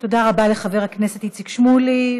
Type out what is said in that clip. תודה רבה לחבר הכנסת איציק שמולי.